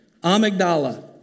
Amygdala